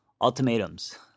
Ultimatums